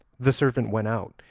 the servant went out,